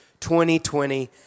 2020